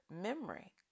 memory